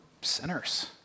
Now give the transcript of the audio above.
sinners